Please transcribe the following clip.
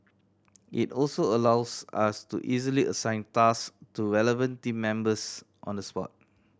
it also allows us to easily assign task to relevant team members on the spot